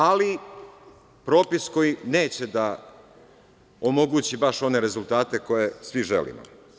Ali, propis koji neće da omogući baš one rezultate koje svi želimo.